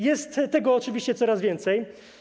Jest tego oczywiście coraz więcej.